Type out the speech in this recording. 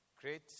great